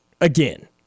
again